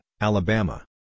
Alabama